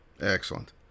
Excellent